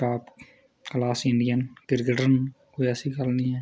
top class Indian cricketer न कोई ऐसी गल्ल निं ऐ